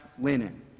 linen